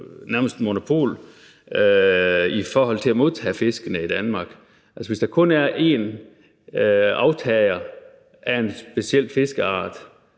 nærmest er monopol på at modtage fiskene i Danmark. Hvis der kun er én aftager af en speciel fiskeart,